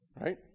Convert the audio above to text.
right